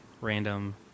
random